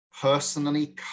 personally